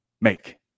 make